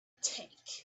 tank